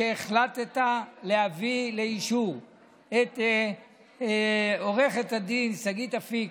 להביא לאישור את עו"ד שגית אפיק,